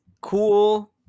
cool